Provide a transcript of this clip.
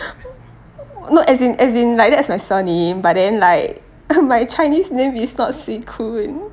no as in as in like that's my surname but then like my chinese name is not swee koon